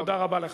תודה רבה לך.